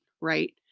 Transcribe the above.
Right